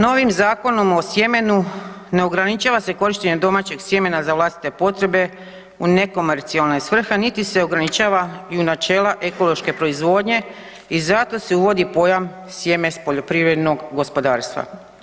Novim Zakonom o sjemenu ne ograničava se korištenje domaćeg sjemena za vlastite potrebe u nekomercijalne svrhe, niti se ograničavaju načela ekološke proizvodnje i zato se uvodi pojam sjeme s poljoprivrednog gospodarstva.